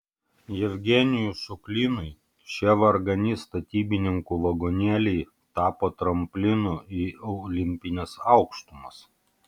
jevgenijui šuklinui šie vargani statybininkų vagonėliai tapo tramplinu į olimpines aukštumas